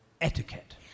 etiquette